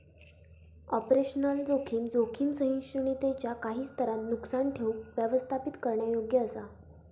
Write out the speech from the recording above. operational जोखीम, जोखीम सहिष्णुतेच्यो काही स्तरांत नुकसान ठेऊक व्यवस्थापित करण्यायोग्य असा